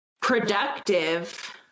productive